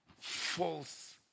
false